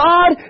God